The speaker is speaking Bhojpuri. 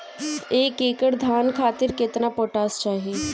एक एकड़ धान खातिर केतना पोटाश चाही?